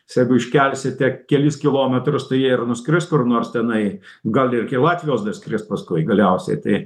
s jeigu iškelsite kelis kilometrus tai jie ir nuskris kur nors tenai gal ir iki latvijos daskris paskui galiausiai tai